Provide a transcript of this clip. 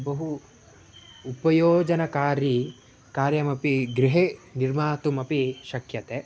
बहु उपयोजनकारी कार्यमपि गृहे निर्मातुमपि शक्यते